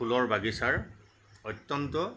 ফুলৰ বাগিচাৰ অত্য়ন্ত